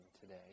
today